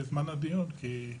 בזמן הדיון כי,